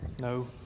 No